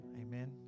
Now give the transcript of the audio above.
Amen